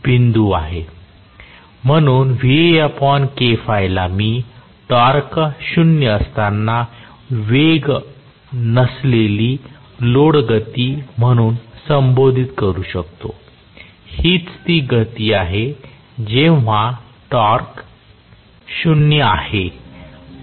म्हणून ला मी टॉर्क शून्य असताना वेग नसलेली लोड गती म्हणून संबोधित करू शकतो हिच ती गती आहे जेव्हा टॉर्क शून्य आहे